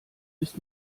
ist